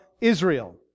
Israel